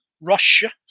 Russia